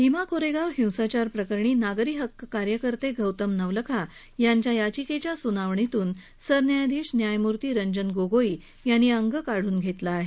भीमा कोरेगाव हिंसाचार प्रकरणी नागरी हक्क कार्यकर्ते गौतम नवलखा यांच्या याचिकेच्या सुनावणीतुन सरन्यायाधीश न्यायमुर्ती रंजन गोगोई यांनी अंग काढुन घेतलं आहे